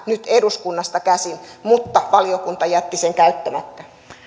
nyt eduskunnasta käsin mutta valiokunta jätti sen käyttämättä